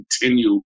continue